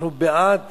אנחנו בעד